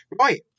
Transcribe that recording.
right